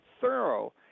thorough